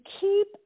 keep